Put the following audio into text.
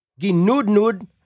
ginudnud